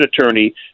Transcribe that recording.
attorney